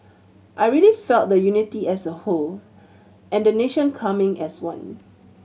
I really felt the unity as a whole and the nation coming as one